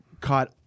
caught